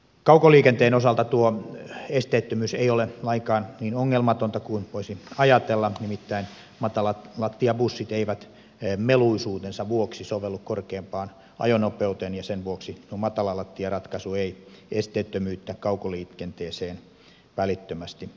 kaukoliikenteen osalta tuo esteettömyys ei ole lainkaan niin ongelmatonta kuin voisi ajatella nimittäin matalalattiabussit eivät meluisuutensa vuoksi sovellu korkeampaan ajonopeuteen ja sen vuoksi tuo matalalattiaratkaisu ei esteettömyyttä kaukoliikenteeseen välittömästi takaa